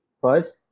first